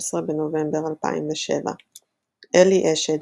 16 בנובמבר 2007 אלי אשד,